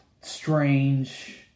strange